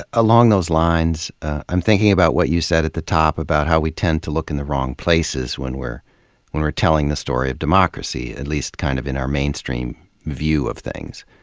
along those lines, i'm thinking about what you said at the top about how we tend to look in the wrong places when we're when we're telling the story of democracy, at least kind of in our mainstream view of things.